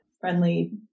friendly